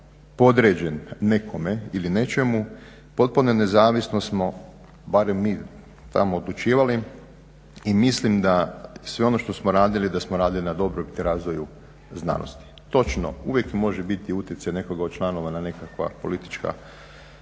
podređen nekome ili nečemu, potpuno nezavisno smo barem mi tamo odlučivali. I mislim da sve ono što smo radili da smo radili na dobrobit razvoju znanosti. Točno, uvijek može biti utjecaj nekoga od članova na nekakva politička